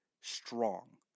strong